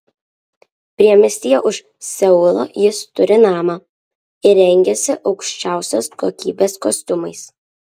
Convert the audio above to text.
priemiestyje už seulo jis turi namą ir rengiasi aukščiausios kokybės kostiumais